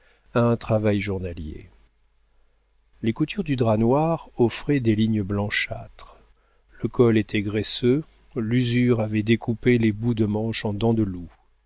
un travail journalier les coutures du drap noir offraient des lignes blanchâtres le col était graisseux l'usure avait découpé les bouts de manche en dents de loup